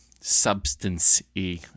substance-y